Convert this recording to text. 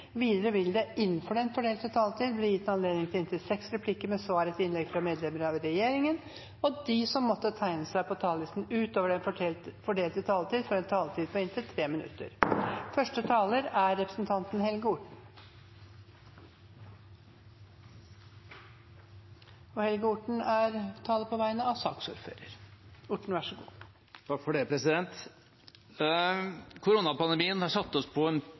Videre vil det – innenfor den fordelte taletid – bli gitt anledning til inntil seks replikker med svar etter innlegg fra medlemmer av regjeringen, og de som måtte tegne seg på talerlisten utover den fordelte taletid, får også en taletid på inntil 3 minutter. Første taler er representanten Helge Orten, som taler på vegne av saksordføreren, Elizabeth Åsjord Sire. Koronapandemien har satt oss på en